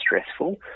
stressful